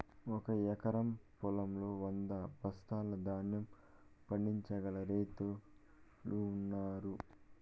ఒక ఎకరం పొలంలో వంద బస్తాల ధాన్యం పండించగల రైతులు ఉన్నారు